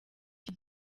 iki